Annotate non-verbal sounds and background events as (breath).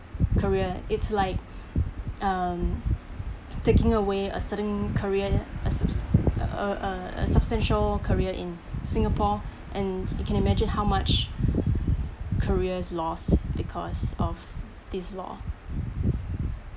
career it's like (breath) um taking away a certain career a subs~ a uh a substantial career in (breath) singapore and you can imagine how much career is lost because of this law